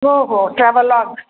हो हो ट्रॅवलाग